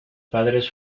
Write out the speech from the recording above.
padres